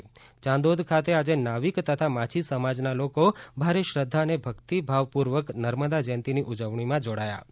યાંદોદ ખાત આજે નાવિક તથા માછી સમાજના લોકો ભારે શ્રધ્ધા અન ભક્તિભાવપૂર્વક નર્મદા જયંતીની ઉજવણીમાં જોડાયા હતા